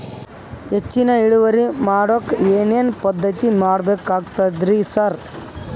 ಹೆಚ್ಚಿನ್ ಇಳುವರಿ ಮಾಡೋಕ್ ಏನ್ ಏನ್ ಪದ್ಧತಿ ಮಾಡಬೇಕಾಗ್ತದ್ರಿ ಸರ್?